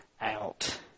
out